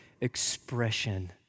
expression